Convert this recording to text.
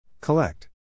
Collect